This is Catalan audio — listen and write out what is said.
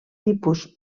tipus